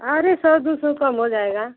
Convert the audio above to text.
अरे सौ दो सौ कम हो जाएगा